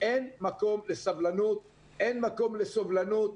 אין מקום לסבלנות, אין מקום לסובלנות,.